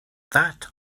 that